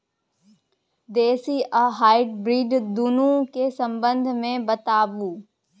देसी आ हाइब्रिड दुनू के संबंध मे बताऊ?